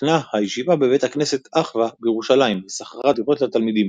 השתכנה הישיבה בבית הכנסת "אחווה" בירושלים ושכרה דירות לתלמידים.